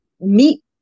meat